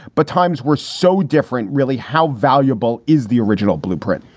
but times were so different. really. how valuable is the original blueprint?